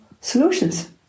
solutions